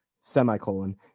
semicolon